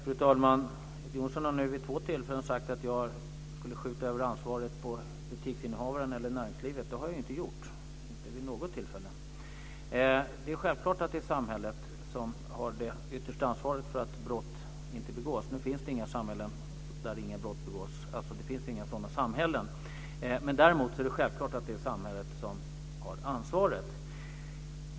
Fru talman! Göte Jonsson har nu vid två tillfällen sagt att jag skulle skjuta över ansvaret på butiksinnehavaren eller näringslivet. Det har jag inte gjort, inte vid något tillfälle. Det är självklart att det är samhället som har det yttersta ansvaret för att brott inte begås. Nu finns det inga samhällen där inga brott begås, men självklart är det samhället som har ansvaret.